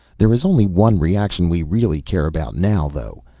there is only one reaction we really care about now, though.